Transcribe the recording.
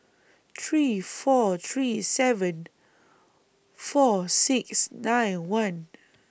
three four three seven four six nine one